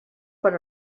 per